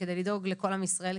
כדי לדאוג לכל עם ישראל,